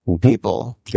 people